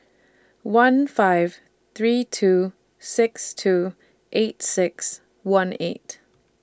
one five three two six two eight six one eight